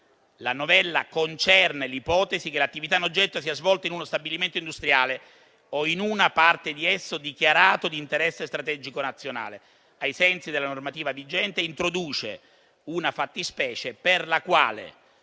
La novella concerne l'ipotesi che l'attività in oggetto sia svolta in uno stabilimento industriale - o in una parte di esso - dichiarato di interesse strategico nazionale e ai sensi della normativa vigente introduce una fattispecie per la quale